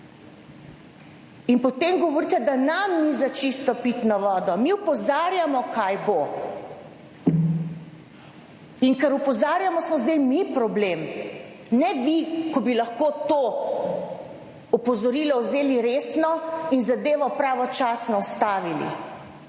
in potem govorite, da nam ni za čisto pitno vodo, mi opozarjamo kaj bo. In ker opozarjamo, smo zdaj mi problem, ne vi, ko bi lahko to opozorilo vzeli resno in zadevo pravočasno ustavili.